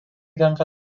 tenka